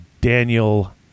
Daniel